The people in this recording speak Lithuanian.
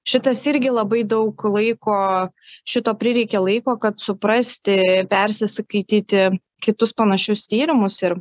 šitas irgi labai daug laiko šito prireikė laiko kad suprasti persiskaityti kitus panašius tyrimus ir